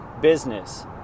business